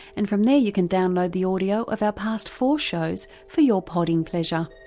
and from there you can download the audio of our past four shows for your podding pleasure.